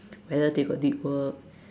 whether they got did work